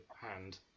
hand